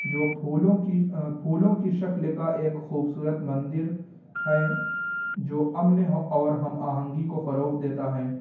جو پھولوں کی پھولوں کی شکل کا ایک خوبصورت مندر ہے جو امن اور ہم آہنگی کو فروغ دیتا ہیں